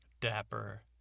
dapper